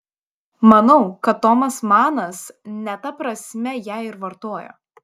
manau kad tomas manas ne ta prasme ją ir vartojo